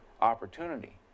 opportunity